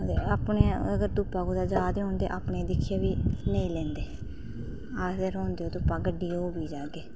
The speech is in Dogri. ते अपने अगर धुप्पा कुदै जारदे होन ते अपने दिक्खी बी नेईं लेंदे आखदे रौह्न देओ धुप्पा गड्डी होग ते फ्ही जाह्गे